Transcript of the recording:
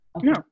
No